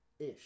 ish